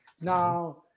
now